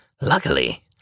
Luckily